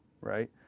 right